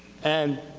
and